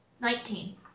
Nineteen